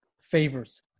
favors